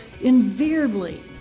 Invariably